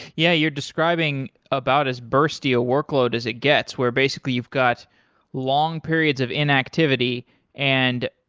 yeah, you're describing about as bursty a workload as it gets, where basically you've got long periods of inactivity and,